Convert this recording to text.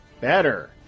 Better